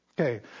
Okay